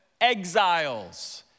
exiles